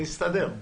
אני אסתדר.